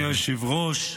אדוני היושב-ראש,